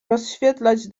rozświetlać